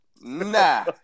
nah